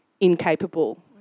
incapable